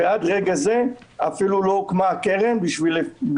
ועד רגע זה אפילו לא הוקמה הקרן בשביל